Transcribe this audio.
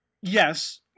yes